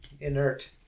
inert